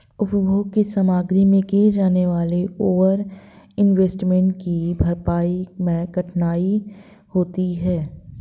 उपभोग की सामग्री में किए जाने वाले ओवर इन्वेस्टमेंट की भरपाई मैं कठिनाई होती है